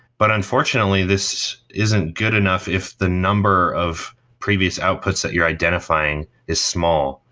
but unfortunately, this isn't good enough if the number of previous outputs that you're identifying is small,